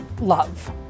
love